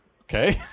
okay